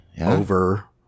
Over